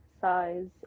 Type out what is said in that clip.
size